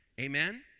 Amen